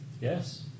Yes